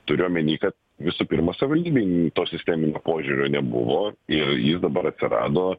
turiu omeny ka visų pirma savivaldybėj to sisteminio požiūrio nebuvo ir jis dabar atsirado